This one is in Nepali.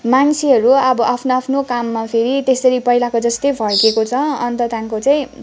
मान्छेहरू अब आफ्नो आफ्नो काममा फेरि त्यसरी पहिलाको जस्तै फर्किएकोछ अन्त त्यहाँदेखिको चाहिँ अब उनीहरूलाई